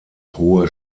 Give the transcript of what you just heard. hohe